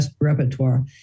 repertoire